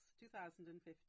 2015